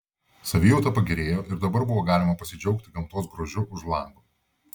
savijauta pagerėjo ir dabar buvo galima pasidžiaugti gamtos grožiu už lango